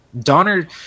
Donner